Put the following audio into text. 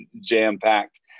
jam-packed